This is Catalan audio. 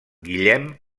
guillem